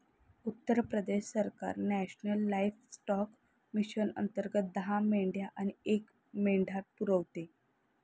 उत्तर प्रदेश सरकार national livestock mission अंतर्गत दहा मेंढ्या आणि एक मेंढा पुरवते